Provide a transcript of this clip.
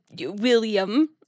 William